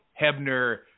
Hebner